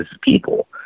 people